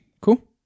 Cool